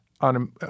on